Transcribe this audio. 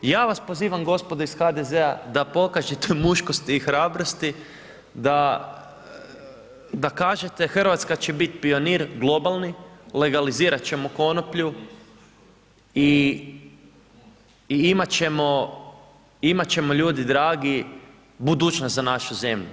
I ja vas pozivam gospodo iz HDZ-a da pokažete muškosti i hrabrosti, da kažete Hrvatska će biti pionir globalni, legalizirat ćemo konoplju i imat ćemo, imat ćemo ljudi dragi budućnost za našu zemlju.